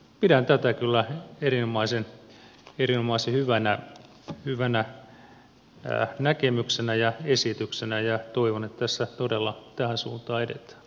pidän tätä kyllä erinomaisen hyvänä näkemyksenä ja esityksenä ja toivon että tässä todella tähän suuntaan edetään